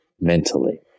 mentally